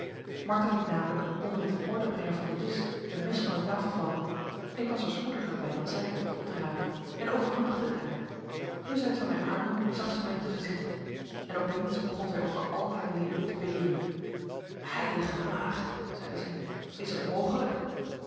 martha liet namelijk onder het in orde brengen van den disch een mes van de tafel vallen ik was er spoediger bij dan zij om het op te rapen en overhandigde het haar toen zij het van mij aannam zag zij mij in t gezicht en opeens begon zij over al haar leden te beven heilige maagd zeide zij is het mogelijk